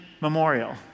memorial